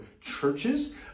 churches